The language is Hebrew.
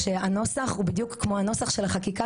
שהנוסח הוא בדיוק כמו הנוסח של החקיקה